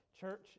church